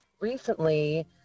recently